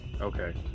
Okay